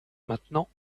maintenant